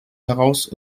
heraus